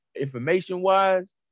information-wise